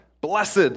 Blessed